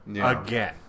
again